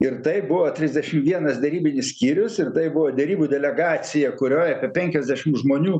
ir tai buvo trisdešimt vienas derybinis skyrius ir tai buvo derybų delegacija kurioj apie penkiasdešimt žmonių